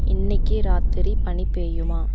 இன்னைக்கு ராத்திரி பனி பேயுமா